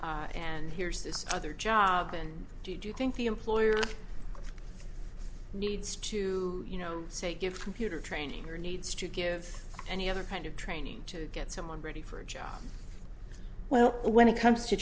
a and here says another job and do you think the employer needs to you know say give computer training or needs to give any other kind of training to get someone ready for a job well when it comes to